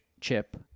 chip